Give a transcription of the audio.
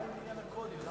מה עם עניין הקודים?